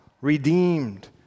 redeemed